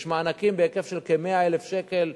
יש מענקים בהיקף של כ-100,000 שקל,